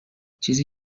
چیزی